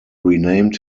renamed